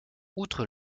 outre